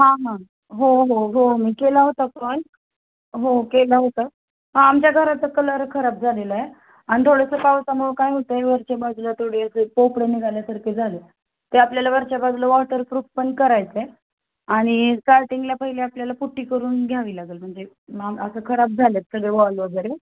हा हा हो हो हो मी केला होता कॉल हो केलं होतं हा आमच्या घराचं कलर खराब झालेला आहे आणि थोडंसं पावसामुळं काय होतं आहे वरचे बाजूला थोडी पोपडे निघाल्यासारखे झाले ते आपल्यालावरच्या बाजूला वॉटरप्रूफ पण करायचं आहे आणि स्टार्टिंगला पहिले आपल्याला पुट्टी करून घ्यावी लागेल म्हणजे मग असं खराब झाले तर सगळे वॉल वगैरे